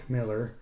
Miller